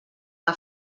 que